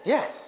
Yes